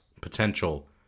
potential